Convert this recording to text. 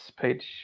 page